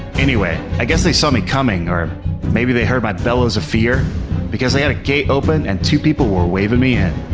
anyway, i guess they saw me coming or maybe they heard my bellows a fear because they had a gate open and two people were waving me in.